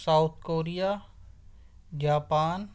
South Korea Japan